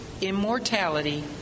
immortality